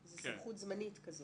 זאת האופציה השנייה.